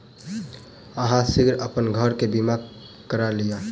अहाँ शीघ्र अपन घर के बीमा करा लिअ